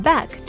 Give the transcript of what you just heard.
Back